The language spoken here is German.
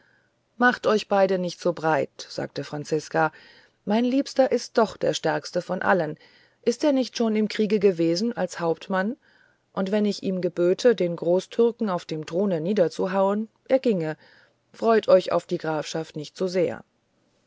macht euch beide nur nicht so breit sagte franziska mein liebster ist doch der stärkste von allen ist er nicht schon im kriege gewesen als hauptmann und wenn ich ihm geböte den großtürken auf dem throne niederzuhauen er ginge freut euch auf die grafschaft nicht zu sehr